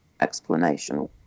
explanation